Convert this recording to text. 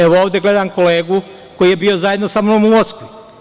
Evo ovde gledam kolegu koji je bio zajedno sa mnom u Moskvi.